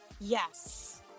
Yes